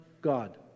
God